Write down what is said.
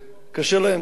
יש להם הרבה ילדים,